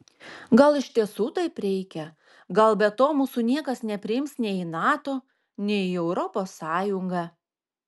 gal iš tiesų taip reikia gal be to mūsų niekas nepriims nei į nato nei į europos sąjungą